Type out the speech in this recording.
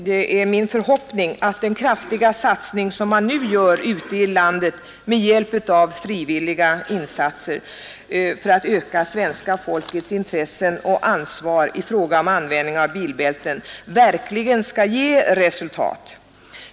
Det är min förhoppning att den kraftiga satsning som nu görs ute i landet med hjälp av frivilliga för att öka det svenska folkets intresse och ansvar i fråga om användningen av bilbälten verkligen skall ge resultat.